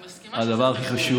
אני מסכימה שזה חשוב.